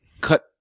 cut